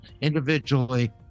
individually